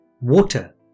water